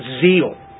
zeal